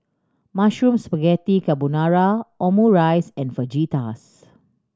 Mushroom Spaghetti Carbonara Omurice and Fajitas